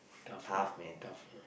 tough ya tough